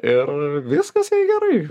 ir viskas gerai